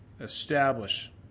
establish